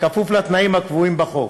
בכפוף לתנאים הקבועים בחוק.